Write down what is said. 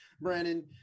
Brandon